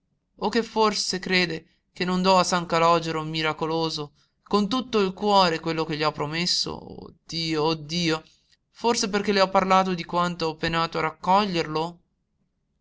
cosí o che forse crede che non do a san calògero miracoloso con tutto il cuore quello che gli ho promesso oh dio oh dio forse perché le ho parlato di quanto ho penato per raccoglierlo